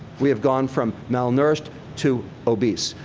we have gone from malnourished to obese.